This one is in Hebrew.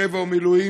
בקבע או במילואים,